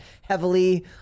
heavily